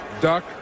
duck